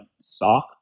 sock